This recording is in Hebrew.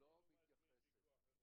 לגביי.